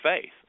faith